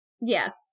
Yes